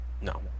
no